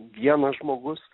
vienas žmogus